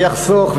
ויחסוך,